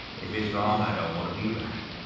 if it's wrong, i don't wanna be right.